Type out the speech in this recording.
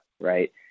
right